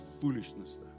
foolishness